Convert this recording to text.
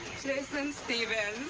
jason stevens.